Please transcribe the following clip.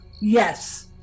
Yes